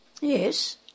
Yes